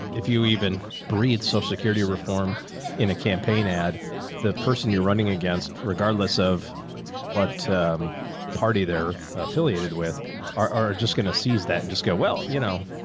if you even breed social so security reform in a campaign ad the person you're running against, regardless of what party they're affiliated with are just going to seize that and just go, well, you know,